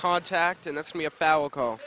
contact and that's me a foul call